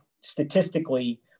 statistically